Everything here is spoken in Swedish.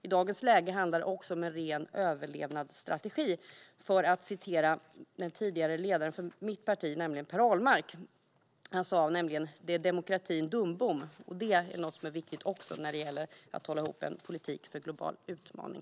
I dagens läge handlar det också om en ren överlevnadsstrategi. För att citera en tidigare ledare för mitt parti, Per Ahlmark: "Det är demokratin, dumbom!" Det är också någonting som är viktigt när det gäller att hålla ihop en politik för global utveckling.